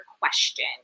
question